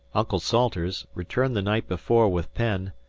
uncle salters, returned the night before with penn,